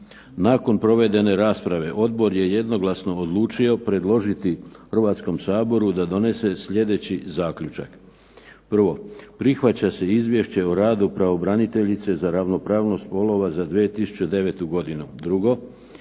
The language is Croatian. Nakon provedene rasprave, Odbor je jednoglasno odlučio predložiti Hrvatskom saboru da donese sljedeći zaključak: Prvo, prihvaća se Izvješće o radu pravobraniteljice za ravnopravnost spolova za 2009. godinu. Drugo,